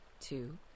two